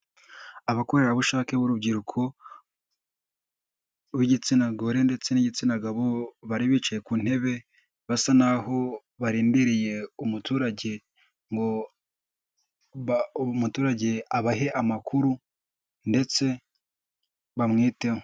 Abakorerabushake b'urubyirukow'igitsina gore ndetse n'igitsina gabo, bari bicaye ku ntebe basa naho, barindiriye umuturage ngo umuturage abahe amakuru ndetse bamwiteho.